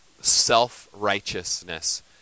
self-righteousness